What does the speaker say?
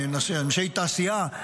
אנשי תעשייה,